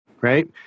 right